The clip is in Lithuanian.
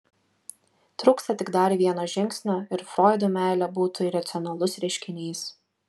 trūksta tik dar vieno žingsnio ir froidui meilė būtų iracionalus reiškinys